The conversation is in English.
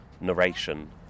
Narration